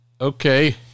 okay